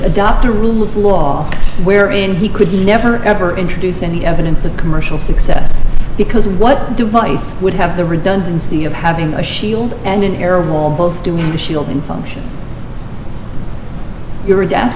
adopt a rule of law where in he could never ever introduce any evidence of commercial success because what device would have the redundancy of having a shield and an error wall both doing the shielding function you were to ask